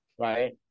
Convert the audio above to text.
right